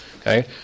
okay